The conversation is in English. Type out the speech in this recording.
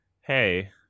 Hey